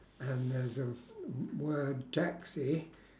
and there is a word taxi